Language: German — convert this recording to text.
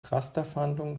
rasterfahndung